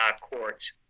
courts